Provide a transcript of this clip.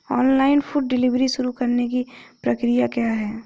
Online food delivery शुरू करने की प्रक्रिया क्या है?